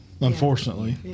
unfortunately